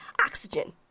oxygen